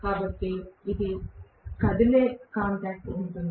కాబట్టి కదిలే కాంటాక్ట్ ఉంటుంది